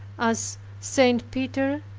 as st. peter,